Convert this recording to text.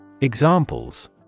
Examples